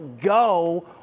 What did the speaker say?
go